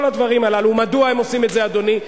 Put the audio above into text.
כל הדברים האלה, מדוע הם עושים את זה, אדוני?